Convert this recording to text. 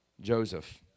Joseph